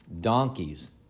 donkeys